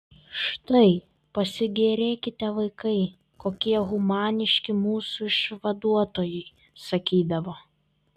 štai pasigėrėkite vaikai kokie humaniški mūsų išvaduotojai sakydavo